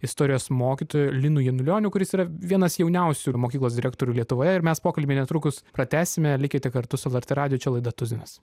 istorijos mokytoju linu janulioniu kuris yra vienas jauniausių ir mokyklos direktorių lietuvoje ir mes pokalbį netrukus pratęsime likite kartu su lrt radiju čia laida tuzinas